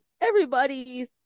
everybody's